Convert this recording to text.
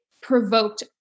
provoked